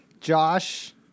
Josh